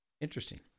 interesting